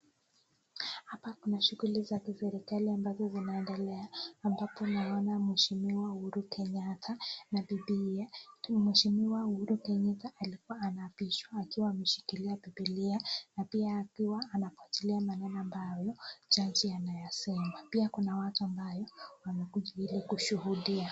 Hapa kuna shughuli za kiserikali amabazo zinaendelea ambapo naona msheshimiwa Uhuru Kenyatta na bibiye, ikiwa mheshimiwa Uhuru Kenyatta alikua anaapishwa akiwa ameshikilia bibilia na pia akiwa anafuatilia maneno ambayo jaji anayasema. Pia kuna watu ambao wanakuja kushuhudia.